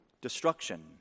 Destruction